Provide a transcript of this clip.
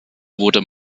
wurde